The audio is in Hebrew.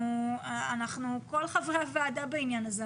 כל חברי הוועדה בעניין הזה.